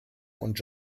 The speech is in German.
und